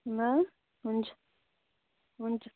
ल हुन्छ हुन्छ